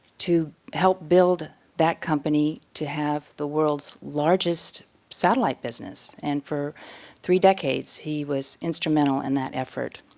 to help build that company to have the world's largest satellite business. and for three decades he was instrumental in that effort.